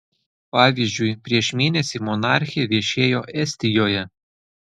pavyzdžiui prieš mėnesį monarchė viešėjo estijoje